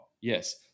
Yes